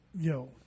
Yo